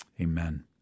amen